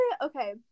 okay